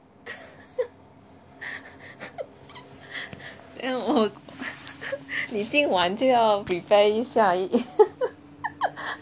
then 我你今晚就要 prepare 一下 eh